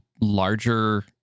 larger